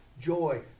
joy